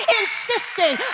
insisting